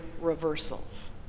reversals